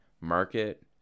market